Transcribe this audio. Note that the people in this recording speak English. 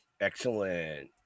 Excellent